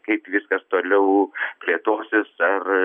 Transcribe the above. kaip viskas toliau plėtosis ar